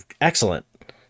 excellent